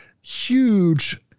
huge